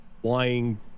flying